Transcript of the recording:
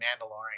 Mandalorian